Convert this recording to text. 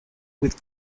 with